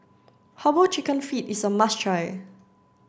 herbal chicken feet is a must try